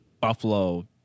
Buffalo